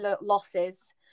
losses